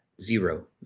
zero